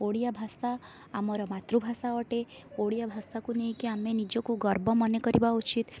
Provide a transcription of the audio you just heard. ଓଡ଼ିଆଭାଷା ଆମର ମାତୃଭାଷା ଅଟେ ଓଡ଼ିଆଭାଷା କୁ ନେଇକି ଆମେ ନିଜକୁ ଗର୍ବ ମାନେ କରିବା ଉଚିତ